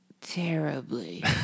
Terribly